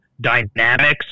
dynamics